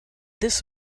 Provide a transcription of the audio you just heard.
this